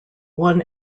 won